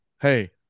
hey